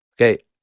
Okay